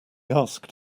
asked